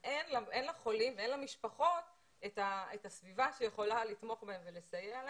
ולכן אין למשפחות את הסביבה שיכולה לתמוך בהם ולסייע להם.